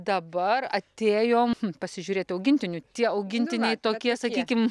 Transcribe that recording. dabar atėjom pasižiūrėt augintinių tie augintiniai tokie sakykim